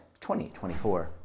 2024